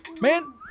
Man